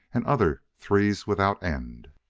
and other three's without end.